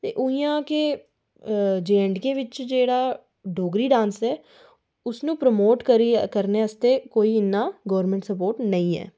ते इ'यां गै जे एण्ड के बिच जेह्ड़ा डोगरी डांस ऐ उसी सपोर्ट करने आस्तै गौरमैंट दी इन्नी सपोर्ट निं ऐ